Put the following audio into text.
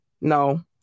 no